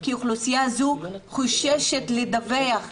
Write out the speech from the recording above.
כי האוכלוסייה הזאת חוששת לדווח,